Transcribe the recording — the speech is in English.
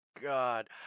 god